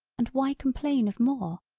and why complain of more,